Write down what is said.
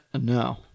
No